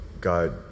God